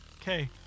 Okay